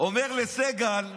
אומר לסגל: